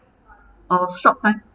or short time